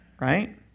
Right